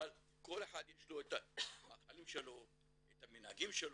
כל אחד, יש לו את המאכלים שלו, את המנהגים שלו.